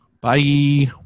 Bye